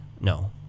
no